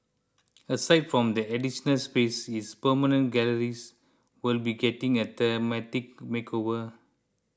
aside from the additional spaces its permanent galleries will be getting a thematic makeover